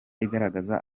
igaragaza